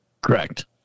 Correct